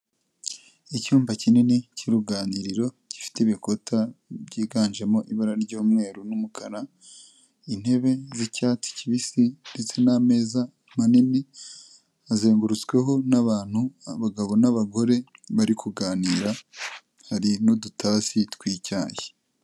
Icyumba kinini cy'uruganiriro, gifite ibikuta byiganjemo ibara ry'umweru n'umukara, intebe z'icyatsi kibisi, ndetse n'ameza manini, azengurutsweho n'abantu abagabo n'abagore, bari kuganira, hari n'udutasi tw'icyayi.